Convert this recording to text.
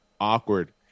Awkward